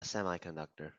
semiconductor